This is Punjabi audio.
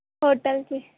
ਹੋਟਲ 'ਚ